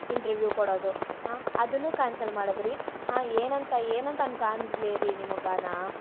interview ಕೊಡದು ಹಾಂ ಅದನ್ನು ಕ್ಯಾನ್ಸಲ್ ಮಾಡದ್ರಿ ಏನಂತ ಏನಂತ ಅನ್ಕ ಅಂದ್ಲಿ ರೀ ನಿಮ್ಗ ನಾ